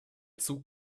zug